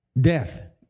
death